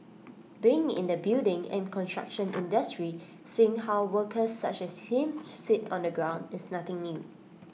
being in the building and construction industry seeing how workers such as him sit on the ground is nothing new